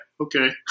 okay